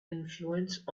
influence